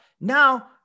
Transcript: Now